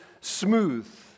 smooth